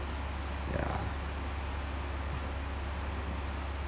ya